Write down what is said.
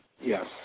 Yes